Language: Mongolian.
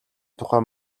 тухай